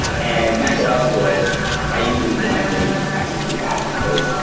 and mac os will naively blindly execute that because,